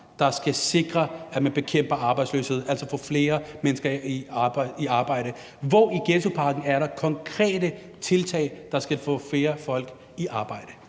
der skal sikre, at man bekæmper arbejdsløshed, altså får flere mennesker i arbejde. Hvor i ghettopakken er der konkrete tiltag, der skal få flere folk i arbejde?